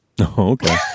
Okay